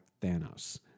Thanos